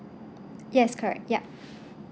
yes correct yeah